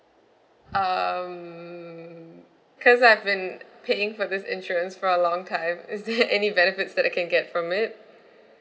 um because I've been paying for this insurance for a long time is there any benefits that I can get from it